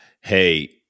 hey